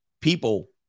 people